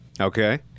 Okay